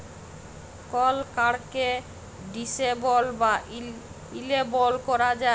call কাড়কে disable বা enable ক্যরা যায়